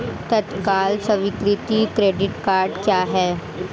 तत्काल स्वीकृति credit cards क्या हैं?